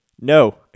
No